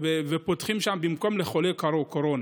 ופותחים שם מקום לחולי קורונה.